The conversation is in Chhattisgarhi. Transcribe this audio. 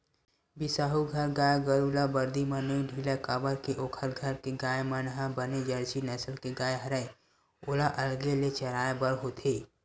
बिसाहू घर गाय गरु ल बरदी म नइ ढिलय काबर के ओखर घर के गाय मन ह बने जरसी नसल के गाय हरय ओला अलगे ले चराय बर होथे